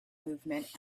movement